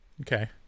Okay